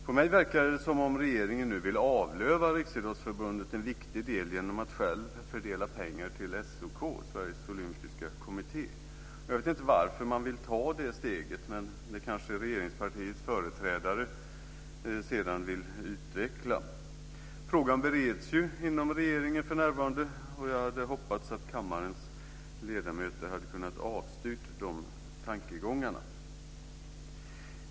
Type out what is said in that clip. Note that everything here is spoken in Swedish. På mig verkar det som att regeringen nu vill avlöva Riksidrottsförbundet en viktig del genom att själv fördela pengar till SOK, Sveriges olympiska kommitté. Jag vet inte varför man vill ta det steget, men det kanske regeringspartiets företrädare sedan vill utveckla. Frågan bereds för närvarande inom regeringen. Jag hade hoppats att kammarens ledamöter hade kunnat avstyra de tankegångarna.